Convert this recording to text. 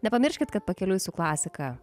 nepamirškit kad pakeliui su klasika